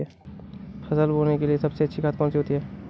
फसल बोने के लिए सबसे अच्छी खाद कौन सी होती है?